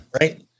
right